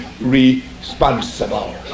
responsible